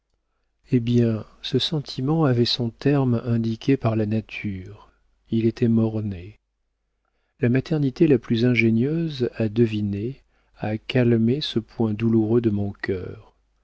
eh bien ce sentiment avait son terme indiqué par la nature il était mort-né la maternité la plus ingénieuse a deviné a calmé ce point douloureux de mon cœur